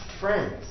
friends